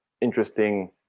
interesting